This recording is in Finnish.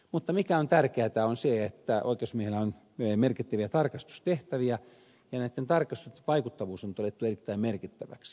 mutta mikä on tärkeätä on se että oikeusasiamiehellä on merkittäviä tarkastustehtäviä ja näitten tarkastusten vaikuttavuus on todettu erittäin merkittäväksi